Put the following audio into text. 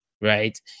right